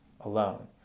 alone